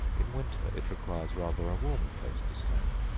in winter it requires rather a warmer place to stand.